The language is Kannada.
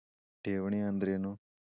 ಠೇವಣಿ ಅಂದ್ರೇನು?